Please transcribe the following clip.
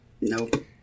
Nope